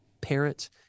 parents